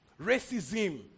racism